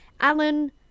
Alan